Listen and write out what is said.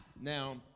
Now